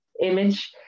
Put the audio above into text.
image